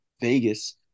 Vegas